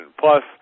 Plus